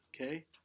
okay